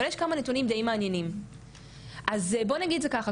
אבל יש כמה נתונים די מעניינים אז בוא נגיד את זה ככה,